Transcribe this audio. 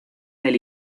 del